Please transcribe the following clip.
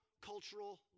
cultural